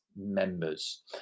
members